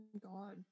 god